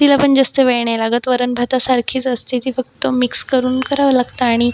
तिला पण जास्त वेळ नाही लागत वरण भातासारखीच असते ती फक्त मिक्स करून करावं लागतं आणि